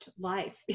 life